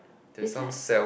beside